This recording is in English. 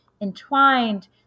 entwined